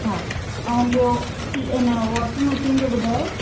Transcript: हा ऐं ॿियो टी हिन जो वॉशिंग मशीन जो ॿुधायो